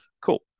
cool